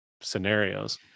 scenarios